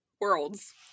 Worlds